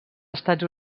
estats